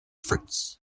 fruits